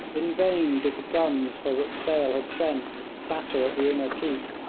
in vain did the guns for which sale had sent batter at the inner keep,